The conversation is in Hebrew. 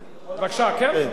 אני יכול לענות?